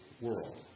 world